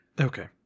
okay